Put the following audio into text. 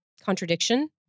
contradiction